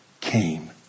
came